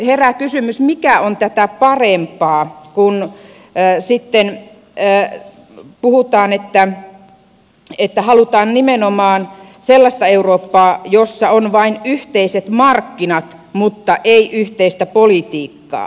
herää kysymys mikä on tätä parempaa kun puhutaan että halutaan nimenomaan sellaista eurooppaa jossa on vain yhteiset markkinat mutta ei yhteistä politiikkaa